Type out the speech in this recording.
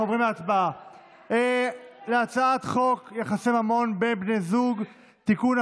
אנחנו עוברים להצבעה על הצעת חוק יחסי ממון בין בני זוג (תיקון,